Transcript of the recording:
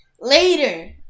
later